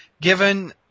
Given